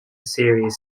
series